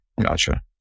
Gotcha